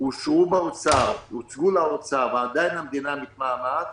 הוצגו למשרד האוצר ועדיין המדינה מתמהמהת,